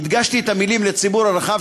הדגשתי את המילים "לציבור הרחב",